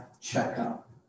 checkup